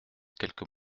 quelques